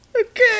Okay